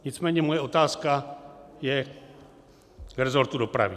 Nicméně moje otázka je k resortu dopravy.